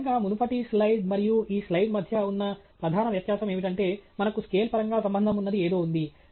మరియు నిజంగా మునుపటి స్లైడ్ మరియు ఈ స్లైడ్ మధ్య ఉన్న ప్రధాన వ్యత్యాసం ఏమిటంటే మనకు స్కేల్ పరంగా సంబంధం ఉన్నది ఏదో ఉంది